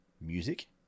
music